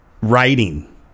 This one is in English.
writing